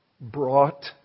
brought